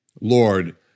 Lord